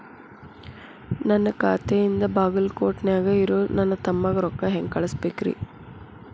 ನನ್ನ ಖಾತೆಯಿಂದ ಬಾಗಲ್ಕೋಟ್ ನ್ಯಾಗ್ ಇರೋ ನನ್ನ ತಮ್ಮಗ ರೊಕ್ಕ ಹೆಂಗ್ ಕಳಸಬೇಕ್ರಿ?